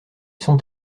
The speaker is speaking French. sont